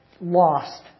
lost